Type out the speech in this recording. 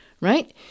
right